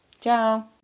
Ciao